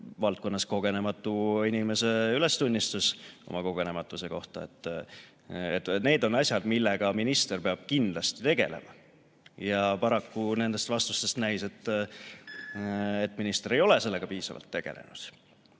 valdkonnas kogenematu inimese ülestunnistus oma kogenematuse kohta. Need on asjad, millega minister peab kindlasti tegelema. Ja paraku nendest vastustest näis, et minister ei ole sellega piisavalt tegelenud.